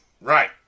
Right